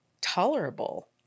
tolerable